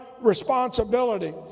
responsibility